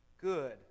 Good